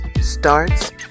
starts